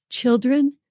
Children